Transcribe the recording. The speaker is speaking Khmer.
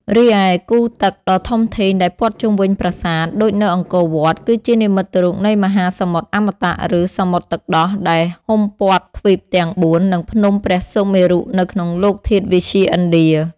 រីឯ គូរទឹកដ៏ធំធេងដែលព័ទ្ធជុំវិញប្រាសាទ ដូចនៅអង្គរវត្ត គឺជានិមិត្តរូបនៃមហាសមុទ្រអមតៈ ឬសមុទ្រទឹកដោះ ដែលហ៊ុមព័ទ្ធទ្វីបទាំងបួន និងភ្នំព្រះសុមេរុនៅក្នុងលោកធាតុវិទ្យាឥណ្ឌា។